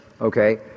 okay